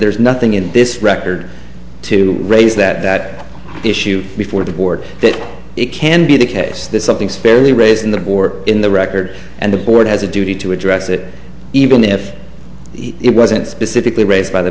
there's nothing in this record to raise that issue before the board that it can be the case that something is fairly raised in the or in the record and the board has a duty to address it even if it wasn't specifically raised by the